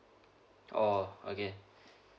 oh okay